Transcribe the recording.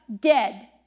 dead